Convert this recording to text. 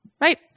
right